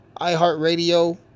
iHeartRadio